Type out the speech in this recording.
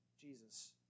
Jesus